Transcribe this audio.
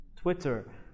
Twitter